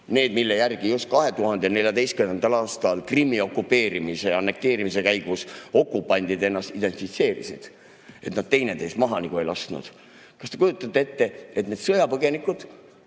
need, mille järgi just 2014. aastal Krimmi okupeerimise ja annekteerimise käigus okupandid ennast identifitseerisid, et nad teineteist maha ei laseks. Kas te kujutate ette, kuidas sõjapõgenikud